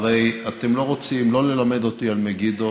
הרי אתם לא רוצים לא ללמד אותי על מגידו,